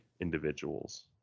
individuals